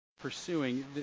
pursuing